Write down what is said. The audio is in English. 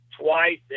twice